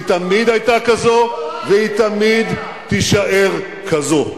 היא תמיד היתה כזו והיא תמיד תישאר כזו.